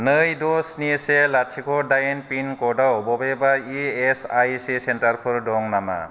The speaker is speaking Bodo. नै द' स्नि से लाथिख' दाइन पिनक'डआव बबेबा E S I C centre for दं नामा